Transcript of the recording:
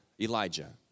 Elijah